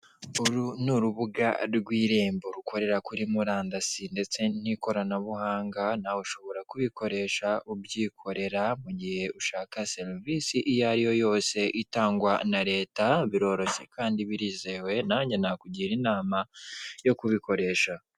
Uru n'urubuga rw'irembo rukorera kuri murandasi ndetse n'ikoranabuhanga nawe ushobora kubikoresha ubyikorera, mugihe ushaka serivise iyo ariyo yose itangwa na Leta, biroroshye kandi birizewe nanjye nakugira inama yo kubikoresha.